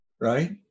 right